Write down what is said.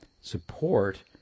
support